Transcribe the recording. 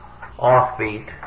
offbeat